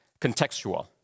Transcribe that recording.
contextual